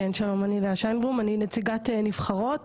כן שלום, אני לאה שיינברום אני נציגת נבחרות.